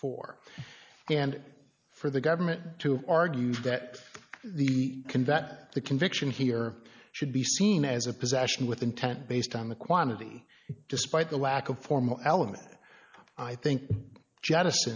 dollars and for the government to argue that the convert the conviction here should be seen as a possession with intent based on the quantity despite the lack of formal element i think j